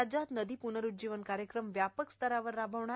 राज्यात नदी प्नरूज्जीवन कार्यक्रम व्यापक स्तरावर राबवणार